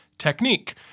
technique